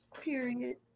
period